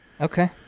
Okay